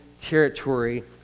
territory